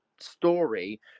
story